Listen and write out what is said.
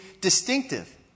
distinctive